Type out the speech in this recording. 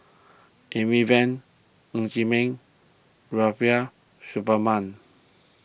Amy Van Ng Chee Meng Rubiah Suparman